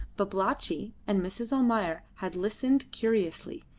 babalatchi and mrs. almayer had listened curiously,